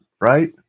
right